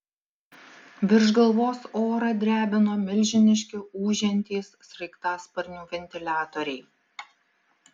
virš galvos orą drebino milžiniški ūžiantys sraigtasparnių ventiliatoriai